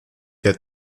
der